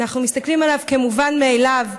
אנחנו מסתכלים עליו כמובן מאליו,